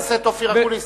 חבר הכנסת אופיר אקוניס,